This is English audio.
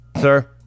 Sir